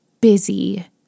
busy